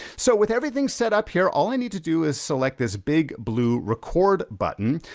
so with everything set up here, all i need to do is select this big blue record button.